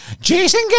Jason